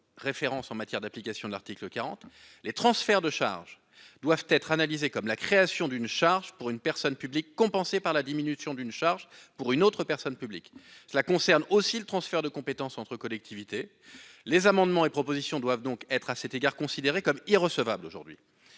référence en matière d'application de l'article 40, les transferts de charges doivent être analysé comme la création d'une charge pour une personne publique compensée par la diminution d'une charge pour une autre personne publique. Cela concerne aussi le transfert de compétences entre collectivités. Les amendements et propositions doivent donc être à cet égard considérée comme irrecevable, aujourd'hui.